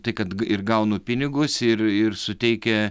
tai kad ir gaunu pinigus ir ir suteikia